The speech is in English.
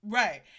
right